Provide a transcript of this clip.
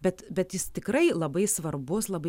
bet bet jis tikrai labai svarbus labai